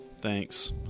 Thanks